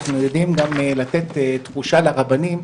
אנחנו יודעים גם לתת תחושה לרבנים,